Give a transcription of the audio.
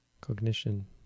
Cognition